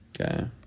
Okay